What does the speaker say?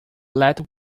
let